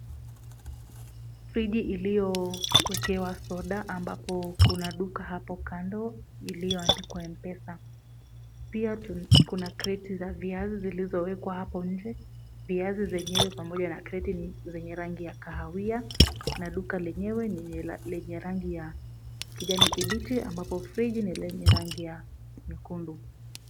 Friji iliyowekewa soda ambapo kuna duka hapo kando iliyoandikwa M-Pesa. Pia kuna kreti za viazi zilizowekwa hapo nje. Viazi zenyewe pamoja na kreti ni zenye rangi ya kahawia na duka lenyewe ni lenye rangi ya kijani kibichi ambapo friji ni lenye rangi ya nyekundu.